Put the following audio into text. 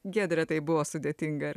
giedre tai buvo sudėtinga ar